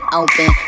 open